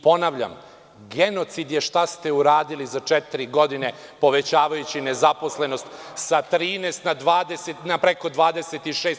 Ponavljam, genocid je šta ste uradili za četiri godine, povećavajući nezaposlenost sa 13% na preko 26%